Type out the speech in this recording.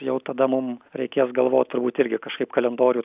jau tada mum reikės galvot turbūt irgi kažkaip kalendorių